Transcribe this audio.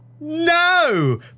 No